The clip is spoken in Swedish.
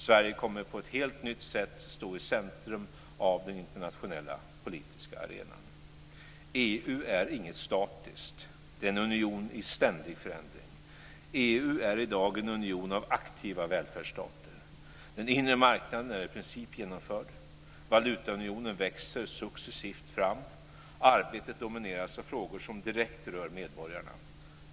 Sverige kommer på ett helt nytt sätt att stå i centrum av den internationella politiska arenan. EU är inget statiskt. Det är en union i ständig förändring. EU är i dag en union av aktiva välfärdsstater. Den inre marknaden är i princip genomförd. Valutaunionen växer successivt fram. Arbetet domineras av frågor som direkt rör medborgarna.